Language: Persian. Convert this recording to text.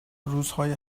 روزهای